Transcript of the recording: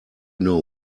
know